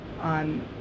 on